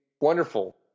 wonderful